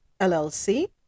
LLC